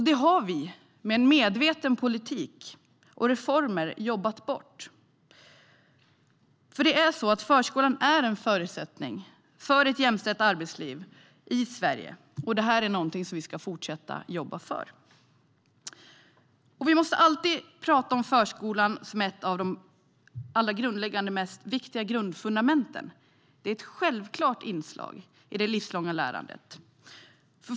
Detta har vi med en medveten politik och medvetna reformer jobbat bort. Det är nämligen så att förskolan är en förutsättning för ett jämställt arbetsliv i Sverige, och det är någonting vi ska fortsätta jobba för. Vi måste alltid prata om förskolan som ett av de viktigaste och mest grundläggande fundamenten. Det är ett självklart inslag i det livslånga lärandet.